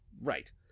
right